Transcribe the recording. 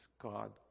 God